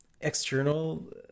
external